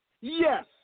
Yes